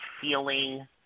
feeling